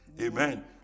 Amen